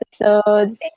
episodes